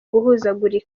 guhuzagurika